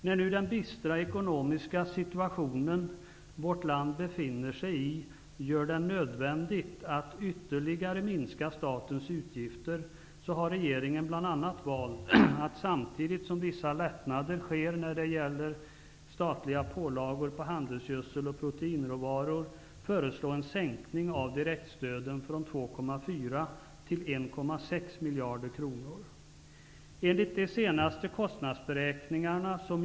När nu den bistra ekonomiska situation vårt land befinner sig i gör det nödvändigt att ytterligare minska statens utgifter har regeringen bl.a. valt att, samtidigt som vissa lättnader sker när det gäller statliga pålagor för handelsgödsel och proteinråvaror, föreslå en sänkning av direktstöden från 2,4 till 1,6 miljarder kronor.